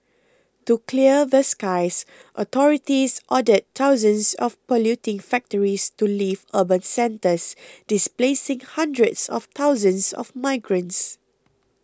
to clear the skies authorities ordered thousands of polluting factories to leave urban centres displacing hundreds of thousands of migrants